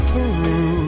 Peru